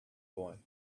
boy